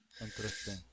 Interesting